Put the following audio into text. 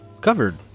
covered